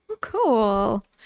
cool